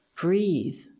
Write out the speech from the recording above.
breathe